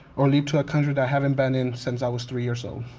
or leave to a country that i haven't been in since i was three years old.